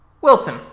Wilson